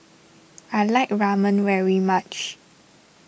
I like Ramen very much